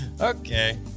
Okay